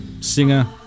singer